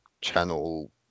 channel